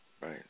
Right